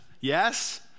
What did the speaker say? yes